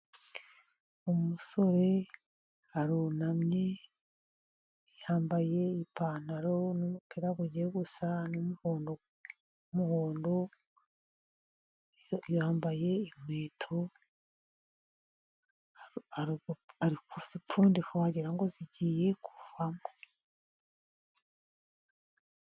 Umusore arunamye yambaye ipantaro n'umupira ugiye gusa n'umuhondo n'umuhondo, yambaye inkweto ari kuzipfundika wagira ngo zigiye kuvamo.